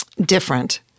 different